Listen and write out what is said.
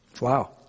Wow